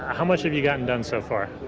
how much have you gotten done so far?